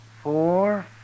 four